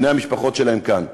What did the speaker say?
בני המשפחות שלהם כאן,